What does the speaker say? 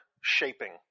shaping